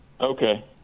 Okay